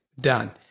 done